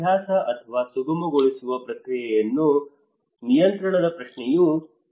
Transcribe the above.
ಅಬ್ಯಾಸ ಅಥವಾ ಸುಗಮಗೊಳಿಸುವ ಪ್ರಕ್ರಿಯೆಯ ನಿಯಂತ್ರಣದ ಪ್ರಶ್ನೆಯೂ ಇದೆ